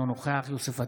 אינו נוכח יוסף עטאונה,